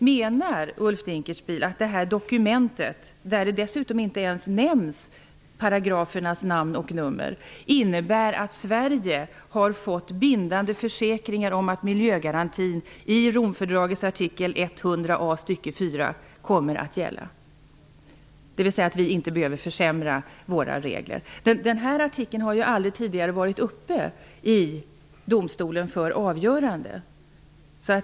Menar Ulf Dinkelspiel att dokumentet, där inte ens paragrafernas namn och nummer nämns, innebär att Sverige har fått bindande försäkringar om att miljögarantin i Romfördragets artikel 100 a, stycke 4, kommer att gälla? Det är allså fråga om att vi inte skall behöva försämra våra regler. Den här artikeln har aldrig tidigare varit uppe i domstolen för avgörande.